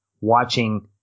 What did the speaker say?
watching